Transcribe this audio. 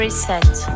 Reset